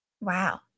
Wow